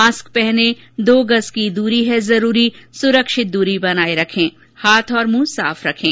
mask पहनें दो गज़ की दूरी है जरूरी सुरक्षित दूरी बनाए रखें हाथ और मुंह साफ रखें